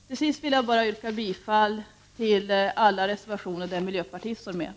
Till sist vill jag yrka bifall till alla reservationer som miljöpartiet står bakom.